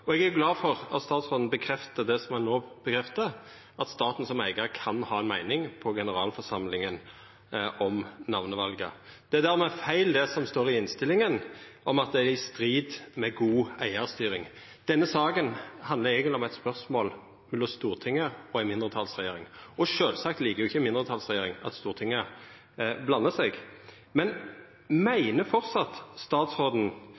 og eg er glad for at statsråden bekreftar det som han no bekreftar, at staten som eigar kan ha ei meining på generalforsamlinga om namnevalet. Det er dermed feil det som står i innstillinga om at det er i strid med god eigarstyring. Denne saka handlar eigentleg om eit spørsmål mellom Stortinget og ei mindretalsregjering, og sjølvsagt liker jo ikkje ei mindretalsregjering at Stortinget blandar seg inn. Men meiner framleis statsråden